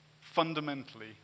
fundamentally